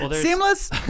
Seamless